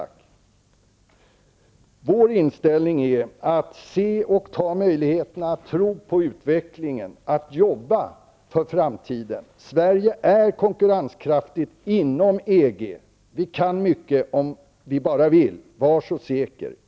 Vår inställning är att vi skall se och ta vara på möjligheterna, tro på utvecklingen, jobba för framtiden. Sverige är konkurrenskraftigt inom EG. Vi kan mycket, om vi bara vill -- var så säker.